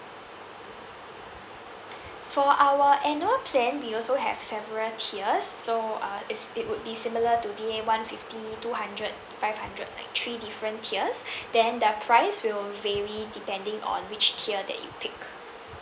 for our annual plan we also have several tiers so uh it's it would be similar to D A one fifty two hundred five hundred like three different tiers then their price will vary depending on which tier that you pick